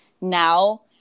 now